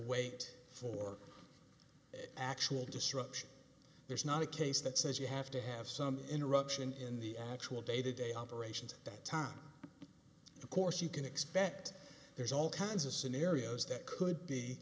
wait for actual disruption there's not a case that says you have to have some interruption in the actual day to day operations that time of course you can expect there's all kinds of scenarios that could be